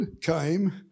came